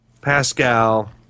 Pascal